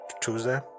Tuesday